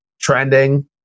trending